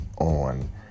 on